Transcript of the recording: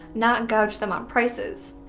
not gouge them on prices.